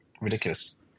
ridiculous